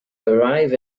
arrive